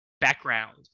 background